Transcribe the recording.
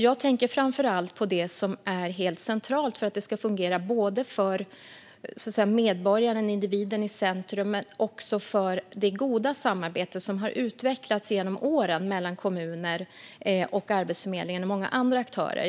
Jag tänker framför allt på det som är helt centralt för att det ska fungera både för medborgaren och för det goda samarbete som har utvecklats genom åren mellan kommuner, Arbetsförmedlingen och många andra aktörer.